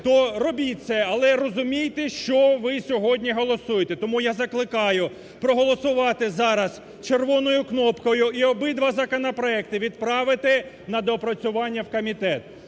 то робіть це, але розумійте, що ви сьогодні голосуєте. Тому я закликаю проголосувати зараз червоною кнопкою і обидва законопроекти відправити на доопрацювання в комітет.